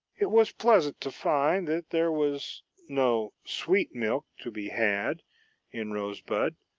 it was pleasant to find that there was no sweet milk to be had in rosebud,